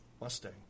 Mustang